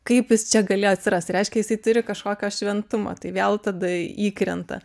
kaip jis čia galėjo atsirast tai reiškia jisai turi kažkokio šventumo tai vėl tada įkrenta